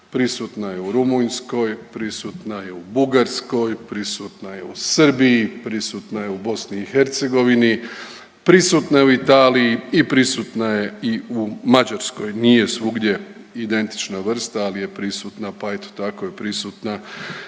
prisutna je u Rumunjskoj, prisutna je u Bugarskoj, prisutna je u Srbiji, prisutna je u BiH, prisutna je u Italiji i prisutna je i u Mađarskoj. Nije svugdje identična vrsta, ali je prisutna pa eto tako je prisutna